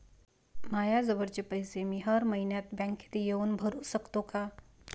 मायाजवळचे पैसे मी हर मइन्यात बँकेत येऊन भरू सकतो का?